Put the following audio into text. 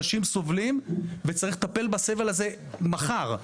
אנשים סובלים וצריך לטפל בסבל הזה מחר.